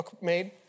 made